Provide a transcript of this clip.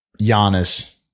Giannis